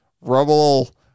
Rubble